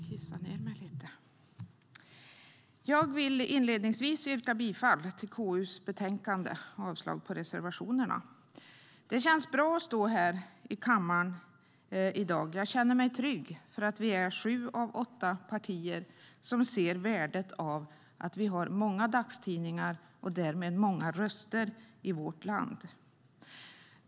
Herr talman! Jag vill inledningsvis yrka bifall till KU:s förslag i betänkandet och avslag på reservationerna. Det känns bra att stå i kammaren i dag. Jag känner mig trygg eftersom sju av åtta partier ser värdet av att vi har många dagstidningar, och därmed många röster, i vårt land.